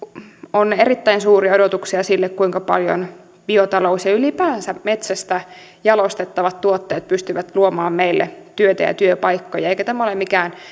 on erittäin suuria odotuksia sille kuinka paljon biotalous ja ylipäänsä metsästä jalostettavat tuotteet pystyvät luomaan meille työtä ja työpaikkoja eikä tämä ole mikään